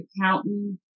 accountant